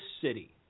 city